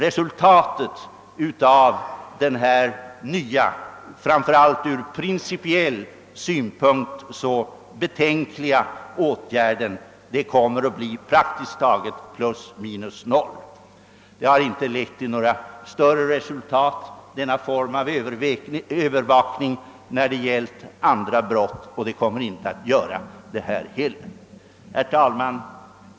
: Resultatet av den nya och framför allt ur principiell synpunkt betänkliga åtgärden kommer att bli praktiskt taget plus minus noll. Denna form av övervakning har inte lett till några större resultat när det gällt andra brott, och den kommer inte att göra det nu heller. Herr talman!